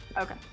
Okay